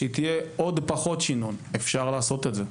כך שהיא תהיה עוד פחות שינון אפשר לעשות את זה.